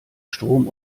strom